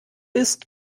ist